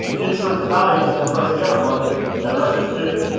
insert the values, and press the enter button as i just did.